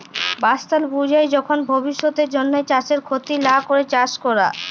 বাসস্থাল বুইঝে যখল ভবিষ্যতের জ্যনহে চাষের খ্যতি লা ক্যরে চাষ ক্যরা